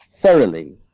thoroughly